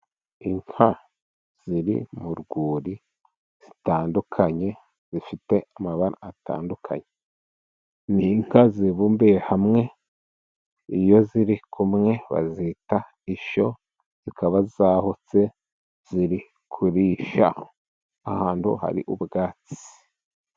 Inka ziri mu rwuri zitandukanye zifite amabara atandukanye, ni inka zibumbiye hamwe, iyo ziri kumwe bazita ishyo zikaba zahoze ziri kurisha ahantu hari ubwatsi.